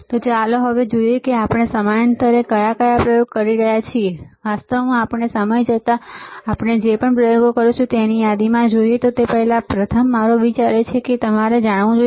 તો ચાલો હવે જોઈએ કે આપણે સમયાંતરે કયા કયા પ્રયોગો કરી રહ્યા છીએ વાસ્તવમાં આપણે સમય જતાં આપણે જે પ્રયોગો કરીશું તેની યાદીમાં જઈએ તે પહેલાં પ્રથમ મારો વિચાર એ છે કે તમારે તે જાણવું જોઈએ